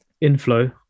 Inflow